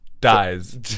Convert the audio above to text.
Dies